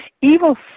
Evil